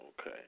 okay